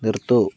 നിർത്തൂ